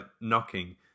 knocking